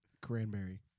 cranberry